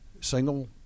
single